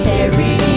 Carry